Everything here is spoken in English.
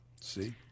See